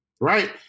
Right